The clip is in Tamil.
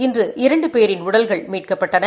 இன்று இரண்டு பேரின் உடல்கள் மீட்கப்பட்டன